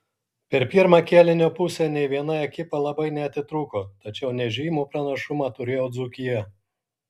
per pirmą kėlinio pusę nei viena ekipa labai neatitrūko tačiau nežymų pranašumą turėjo dzūkija